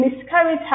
miscarriage